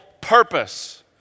purpose